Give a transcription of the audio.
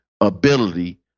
ability